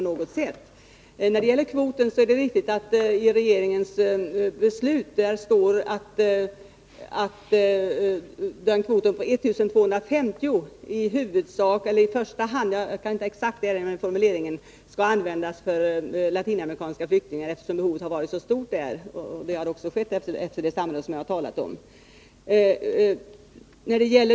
När det gäller kvoten är det riktigt att det i regeringens beslut står att kvoten på 1 250 i huvudsak eller i första hand — jag kan inte exakt erinra mig formuleringen — skall användas för latinamerikanska flyktingar, eftersom behovet för dem varit så stort. En sådan fördelning har också skett, efter det samråd som jag har talat om.